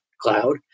cloud